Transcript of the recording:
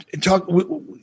talk